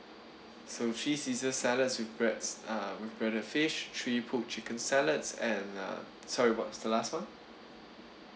so three caesar salads with breads uh with breaded fish three cooked chicken salads and uh sorry what's the last one